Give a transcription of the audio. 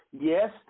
Yes